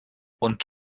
und